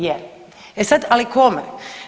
Je, e sad ali kome?